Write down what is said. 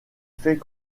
fait